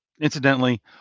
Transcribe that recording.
incidentally